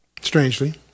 strangely